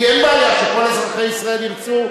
לי אין בעיה שכל אזרחי ישראל ירצו,